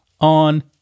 on